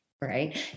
Right